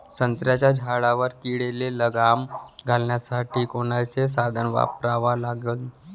संत्र्याच्या झाडावर किडीले लगाम घालासाठी कोनचे साधनं वापरा लागन?